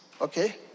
okay